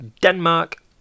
Denmark